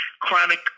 chronic